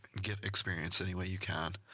get experience, anyway you can.